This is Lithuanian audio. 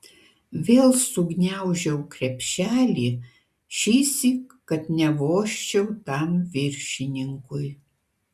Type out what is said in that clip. vėl sugniaužiau krepšelį šįsyk kad nevožčiau tam viršininkui